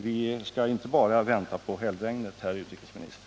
Vi skall inte bara vänta på hällregnet, herr utrikesminister.